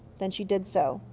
then she did so.